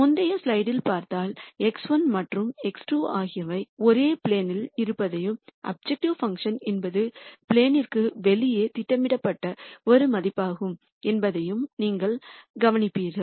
முந்தைய ஸ்லைடைப் பார்த்தால் x1 மற்றும் x2 ஆகியவை ஒரு ப்ளேனில் இருப்பதையும் அப்ஜெக்டிவ் பங்க்ஷன் என்பது ப்ளேனில்ற்கு வெளியே திட்டமிடப்பட்ட ஒரு மதிப்பாகும் என்பதையும் நீங்கள் கவனிப்பீர்கள்